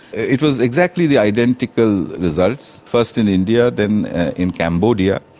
it was exactly the identical results, first in india then in cambodia,